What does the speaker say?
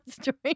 story